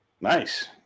Nice